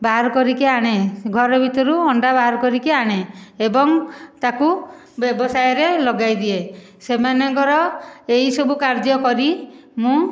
ବାହାର କରିକି ଆଣେ ଘର ଭିତରୁ ଅଣ୍ଡା ବାହାର କରିକି ଆଣେ ଏବଂ ତାକୁ ବ୍ୟବସାୟରେ ଲଗାଇଦିଏ ସେମାନଙ୍କର ଏଇ ସବୁ କାର୍ଯ୍ୟ କରି ମୁଁ